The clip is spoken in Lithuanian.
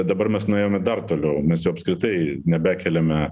dabar mes nuėjome dar toliau mes jau apskritai nebekeliame